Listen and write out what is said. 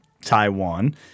Taiwan